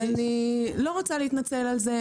אז אני לא רוצה להתנצל על זה.